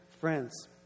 friends